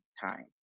time